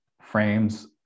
frames